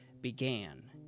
began